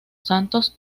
santos